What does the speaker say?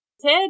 Ted